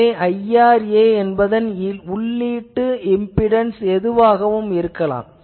எனவே IRA என்பதன் உள்ளீட்டு இம்பிடன்ஸ் எதுவாகவும் இருக்கலாம்